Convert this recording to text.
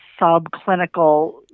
subclinical